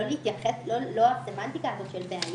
לא הסמנטיקה הזו של בעיה.